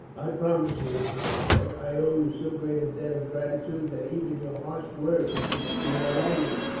i promise you, ennia said. i owe you so great a debt of gratitude that even your harsh words do not anger me.